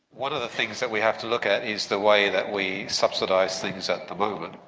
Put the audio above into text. one of the things that we have to look at is the way that we subsidise things at the moment.